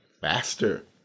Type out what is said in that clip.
faster